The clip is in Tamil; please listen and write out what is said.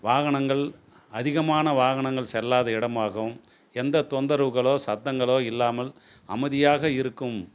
வாகனங்கள் அதிகமான வாகனங்கள் செல்லாத இடமாகவும் எந்த தொந்தரவுகளோ சத்தங்களோ இல்லாமல் அமைதியாக இருக்கும்